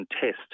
test